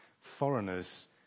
foreigners